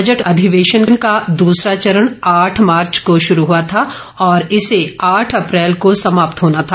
budget अधिवेशन का दूसरा चरण आठ मार्च को शुरू हुआ था और इसे आठ अप्रैल को समाप्त होना था